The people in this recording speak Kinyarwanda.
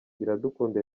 iradukunda